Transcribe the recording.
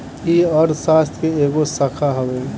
ई अर्थशास्त्र के एगो शाखा हवे